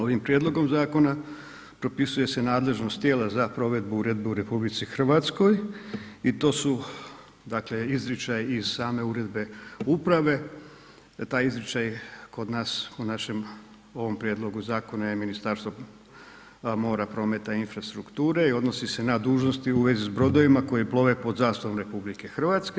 Ovim prijedlogom zakona propisuje se nadležnost tijela za provedbu uredbe u RH i to su dakle izričaj iz same uredbe, uprave taj izričaj kod nas u našem ovom prijedlogu zakona je Ministarstvo mora, prometa i infrastrukture i odnosi se na dužnosti u vezi s brodovima koji plove pod zastavom RH.